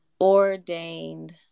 ordained